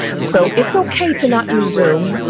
so it's okay to not use zoom.